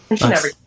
Nice